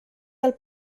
del